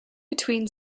between